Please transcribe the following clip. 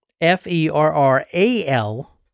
F-E-R-R-A-L